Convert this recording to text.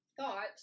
thought